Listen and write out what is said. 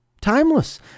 Timeless